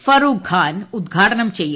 ഫറുഖ്ഖാൻ ഉദ്ഘാടനം ചെയ്യും